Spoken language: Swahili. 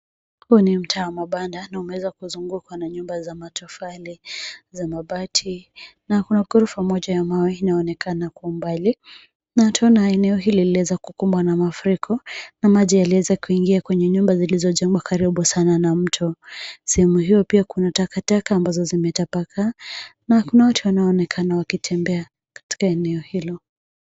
Huu ni mtaa wa mabanda na umeweza kuzungukwa na nyumba za matofali, za mabati, na kuna ghorofa moja ya mawe inaonekana kwa mbali. Na tunaona eneo hili limeweza kukumbwa na mafuriko, na maji yameweza kuingia kwenye nyumba zilizojengwa karibu sana na mto. Sehemu hiyo pia kuna takataka ambazo zimetapakaa, na kuna watu wanaonekana wakitembea katika eneo hilo.